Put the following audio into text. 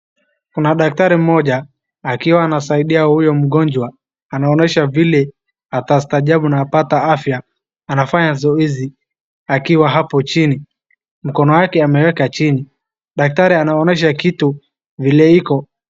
Kuna daktari mmoja akiwa anasaidia huyo mgonjwa, anaonyesha vile atastaajabu na apate afya, anafanya zoezi akiwa hapo chini. Mkono yake ameweka chini, daktari anaonyesha kitu vile iko.